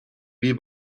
бий